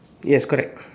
yes correct